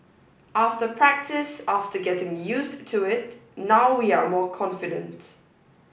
after practice after getting used to it now we are more confident